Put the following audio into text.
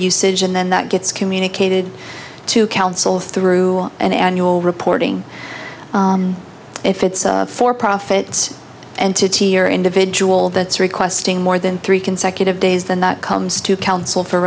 usage and then that gets communicated to council through an annual reporting if it's for profits and to tear individual that's requesting more than three consecutive days than that comes to council for